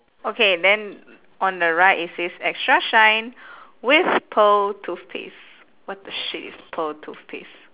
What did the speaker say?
okay then on the right it says extra shine with pearl toothpaste what the shit is pearl toothpaste